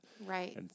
Right